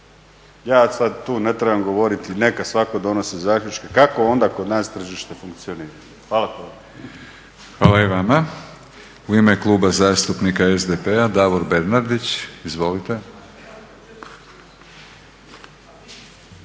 Ja sad tu ne trebam govoriti neka svatko donosi zaključke kako onda kod nas tržište funkcionira. Hvala puno. **Batinić, Milorad (HNS)** Hvala i vama. U ime Kluba zastupnika SDP-a Davor Bernardić. Izvolite.